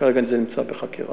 כרגע זה נמצא בחקירה.